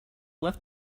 left